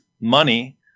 money –